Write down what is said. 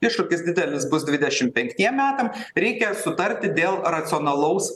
iššūkis didelis bus dvidešim penktiem metam reikia sutarti dėl racionalaus